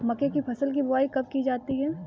मक्के की फसल की बुआई कब की जाती है?